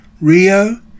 Rio